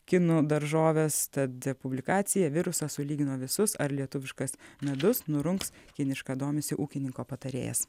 kinų daržoves tad publikacija virusas sulygino visus ar lietuviškas medus nurungs kinišką domisi ūkininko patarėjas